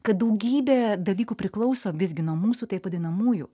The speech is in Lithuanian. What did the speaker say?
kad daugybė dalykų priklauso visgi nuo mūsų taip vadinamųjų